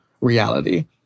reality